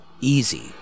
easy